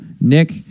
nick